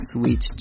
Sweet